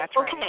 okay